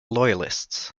loyalists